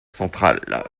central